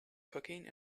cooking